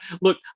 Look